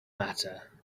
matter